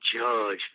judge